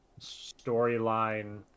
storyline